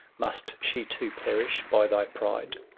must she too perish by thy pride?